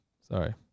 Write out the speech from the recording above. Sorry